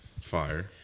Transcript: Fire